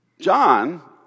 John